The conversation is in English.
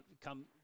come